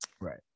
Right